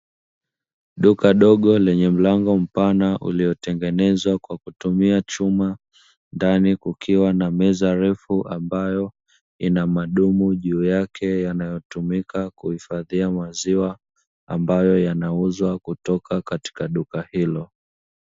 Duka dogo lenye mlango mpana uliotengenezwa kwa kutumia chuma ndani kukiwa na meza ambayo ina madumu juu yake, yanaotumika kuhifadhia maziwa ambayo yanauzwa kutoka katika duka hilo.